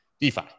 DeFi